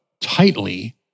tightly